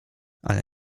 ale